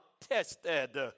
Tested